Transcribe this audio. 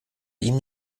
ihm